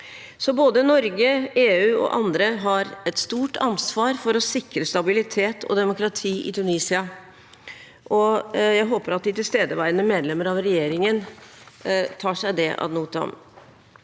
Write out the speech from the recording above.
Både Norge, EU og andre har et stort ansvar for å sikre stabilitet og demokrati i Tunisia. Jeg håper at de tilstedeværende medlemmer av regjeringen tar seg det ad notam.